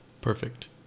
perfect